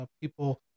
people